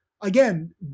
again